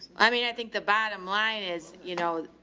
i mean, i think the bottom line is, you know,